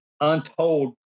untold